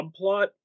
subplot